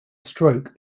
stroke